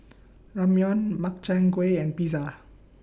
Ramyeon Makchang Gui and Pizza